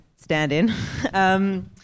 stand-in